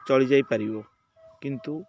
ଚଳି ଯାଇ ପାରିବ କିନ୍ତୁ